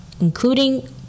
including